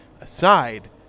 aside